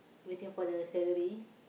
waiting for the salary